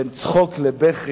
בין צחוק לבכי,